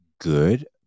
good